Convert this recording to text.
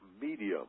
medium